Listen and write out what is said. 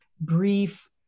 brief